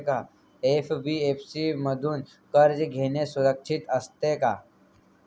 NBFC मधून कर्ज घेणे सुरक्षित असते का?